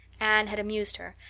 anne had amused her,